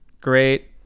great